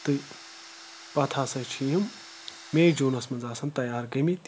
تہٕ پَتہٕ ہَسا چھِ یِم مے جوٗنَس منٛز آسان تیار گَمٕتۍ